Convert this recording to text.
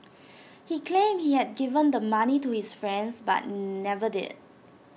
he claimed he had given the money to his friend but never did